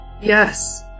Yes